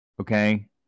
okay